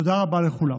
תודה רבה לכולם.